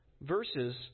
verses